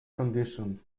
condition